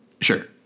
Sure